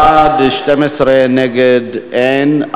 בעד, 12, נגד, אין.